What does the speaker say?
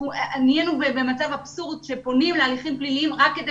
נהיינו במצב אבסורדי שפונים להליכים פליליים רק כדי